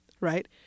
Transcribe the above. Right